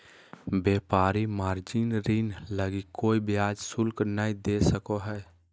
व्यापारी मार्जिन ऋण लगी कोय ब्याज शुल्क नय दे सको हइ